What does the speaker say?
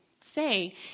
say